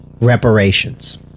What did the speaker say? reparations